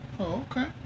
okay